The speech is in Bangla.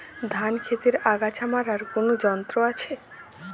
ধান ক্ষেতের আগাছা মারার কোন যন্ত্র আছে?